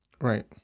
Right